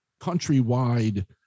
countrywide